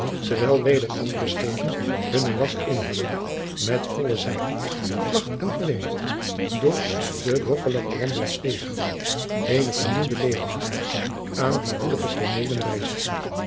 terwijl weder andere schepen hunnen last inhebbende met volle zeilen gevlagd en gewimpeld adriaan loosjes pzn het leven van maurits lijnslager door de brokkelige landen stevenende eene vernieuwde levendigheid aan die woelige tooneelen bijzetten